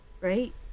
right